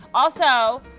also,